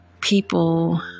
people